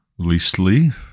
leastly